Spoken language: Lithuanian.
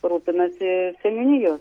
rūpinasi seniūnijos